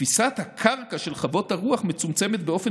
תפיסת הקרקע של חוות הרוח מצומצמת באופן